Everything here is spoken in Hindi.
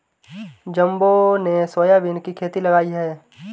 जम्बो ने सोयाबीन की खेती लगाई है